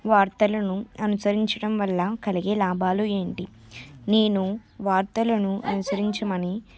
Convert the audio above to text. వార్తలను అనుసరించడం వల్ల కలిగే లాభాలు ఏంటి నేను వార్తలను అనుసరించమని